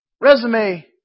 resume